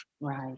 Right